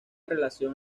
relación